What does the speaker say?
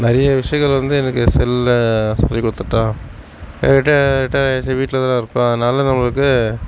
நிறைய விஷயங்கள் வந்து எனக்கு செல்லில் சொல்லிக் கொடுத்துட்டான் ரிட்டயர்டு ரிட்டயர்டு ஆயிடுச்சு வீட்டில் தானே இருப்போம் அதனால் நம்மளுக்கு